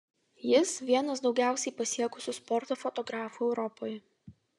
jis vienas daugiausiai pasiekusių sporto fotografų europoje